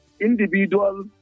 individual